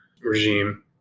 regime